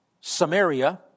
Samaria